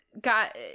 got